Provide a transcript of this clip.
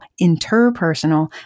interpersonal